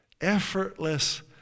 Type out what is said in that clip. Effortless